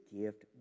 gift